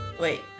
Wait